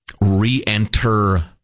re-enter